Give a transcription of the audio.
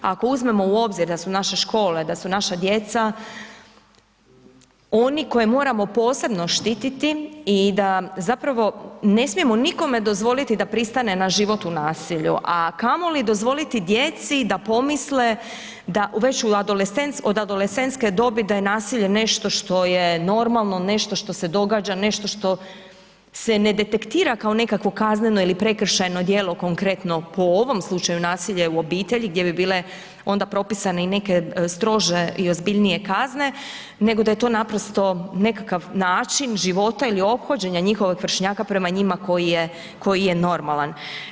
Ako uzmemo u obzir da u naše škole, da su naša djeca oni koje moramo posebno štititi i da zapravo ne smijemo nikome dozvoliti da pristane na život u nasilju a kamoli dozvoliti djeci da pomisle da već od adolescentske dobi da je nasilje nešto što je normalno, nešto što se događa, nešto što se ne detektira kao nekakvo kazneno ili prekršajno djelo konkretno po ovom slučaju nasilja u obitelji gdje bi bile onda propisane i neke strože i ozbiljnije kazne, nego da je to naprosto nekakav način života ili ophođenja njihovog vršnjaka prema njima koji je normalan.